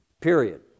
period